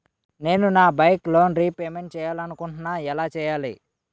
నేను నా bike loan repayment చేయాలనుకుంటున్నా ఎలా చేయాలి?